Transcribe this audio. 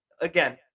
again